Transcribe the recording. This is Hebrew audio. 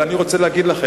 אבל אני רוצה להגיד לכם,